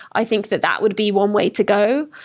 i think that that would be one way to go.